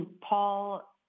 Paul